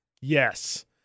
Yes